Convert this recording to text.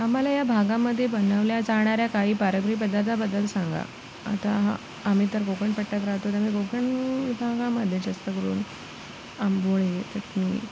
आम्हाला या भागामध्ये बनवल्या जाणाऱ्या काही पदार्थाबद्दल सांगा आता हा आम्ही तर कोकणपट्ट्यात राहतो तर मी कोकण विभागामध्ये जास्त करून आंबोळे चटणी